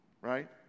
right